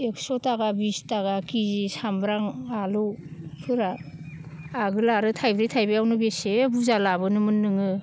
एकस' थाखा बिस थाखा केजि सामब्राम आलुफोरा आगोल आरो थाइब्रै थाइबायावनो बेसे बुरजा मोनोमोन नोङो